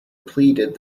pleaded